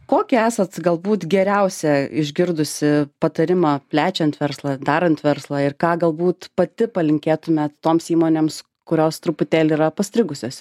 kokį esat galbūt geriausią išgirdusi patarimą plečiant verslą darant verslą ir ką galbūt pati palinkėtumėt toms įmonėms kurios truputėlį yra pastrigusios